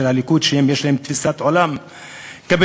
הליכוד שיש להם תפיסת עולם קפיטליסטית,